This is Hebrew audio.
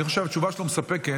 אני חושב שהתשובה שלו מספקת.